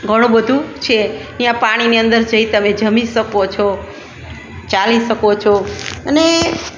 ઘણું બધુ છે ત્યાં પાણીની અંદર જઈ તમે જમી શકો છો ચાલી શકો છો અને